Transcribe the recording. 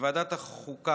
בוועדת החוקה,